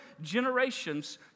generations